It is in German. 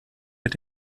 mit